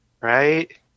right